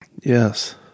Yes